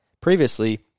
previously